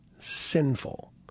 sinful